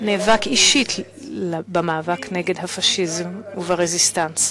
אישית במאבק נגד הפאשיזם ברזיסטנס.